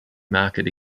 market